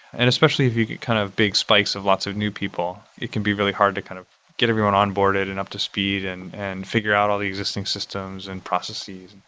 and especially if you get kind of big spikes of lots of new people, it can be really hard to kind of get everyone on boarded and up-to-speed and and figure out all the existing systems and processes